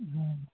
हूं